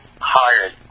hired